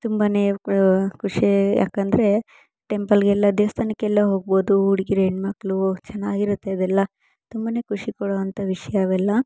ತುಂಬನೇ ಖುಷಿ ಯಾಕೆಂದ್ರೆ ಟೆಂಪಲ್ಗೆಲ್ಲ ದೇವಸ್ಥಾನಕ್ಕೆಲ್ಲ ಹೋಗ್ಬೋದು ಹುಡ್ಗಿರು ಹೆಣ್ಮಕ್ಳು ಚೆನ್ನಾಗಿರುತ್ತೆ ಅದೆಲ್ಲ ತುಂಬನೇ ಖುಷಿ ಕೊಡುವಂಥ ವಿಷಯ ಅವೆಲ್ಲ